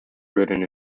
written